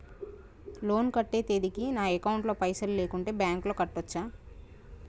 Loan కట్టే తేదీకి నా అకౌంట్ లో పైసలు లేకుంటే బ్యాంకులో కట్టచ్చా?